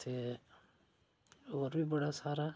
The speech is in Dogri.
ते होर बी बड़ा सारा